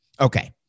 Okay